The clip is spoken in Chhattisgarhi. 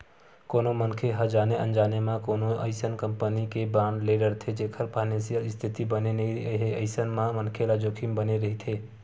कोनो मनखे ह जाने अनजाने म कोनो अइसन कंपनी के बांड ले डरथे जेखर फानेसियल इस्थिति बने नइ हे अइसन म मनखे ल जोखिम बने रहिथे